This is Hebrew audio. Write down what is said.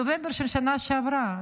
נובמבר של השנה שעברה,